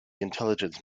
intelligence